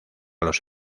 los